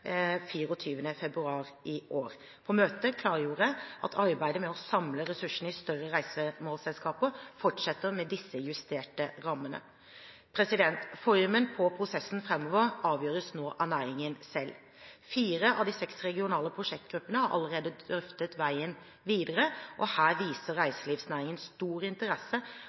februar i år. På møtet klargjorde jeg at arbeidet med å samle ressursene i større reisemålsselskaper fortsetter med disse justerte rammene. Formen på prosessen framover avgjøres nå av næringen selv. Fire av de seks regionale prosjektgruppene har allerede drøftet veien videre. Her viser reiselivsnæringen stor interesse